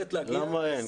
מסוגלת להגיע --- למה הם?